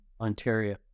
Ontario